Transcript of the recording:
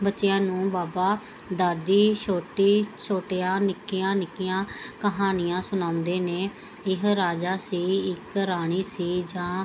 ਬੱਚਿਆਂ ਨੂੰ ਬਾਬਾ ਦਾਦੀ ਛੋਟੀ ਛੋਟੀਆਂ ਨਿੱਕੀਆਂ ਨਿੱਕੀਆਂ ਕਹਾਣੀਆਂ ਸੁਣਾਉਂਦੇ ਨੇ ਇੱਕ ਰਾਜਾ ਸੀ ਇੱਕ ਰਾਣੀ ਸੀ ਜਾਂ